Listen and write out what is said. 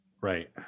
Right